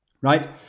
right